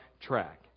track